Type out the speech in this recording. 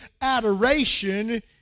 adoration